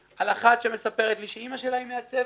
אחת סיפרה לי שאימא שלה היא מעצבת